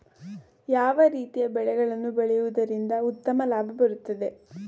ಯಾವ ರೀತಿಯ ಬೆಳೆಗಳನ್ನು ಬೆಳೆಯುವುದರಿಂದ ಉತ್ತಮ ಲಾಭ ಬರುತ್ತದೆ?